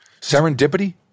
Serendipity